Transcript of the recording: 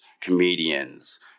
comedians